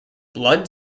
blood